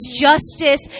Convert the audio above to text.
Justice